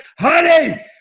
Honey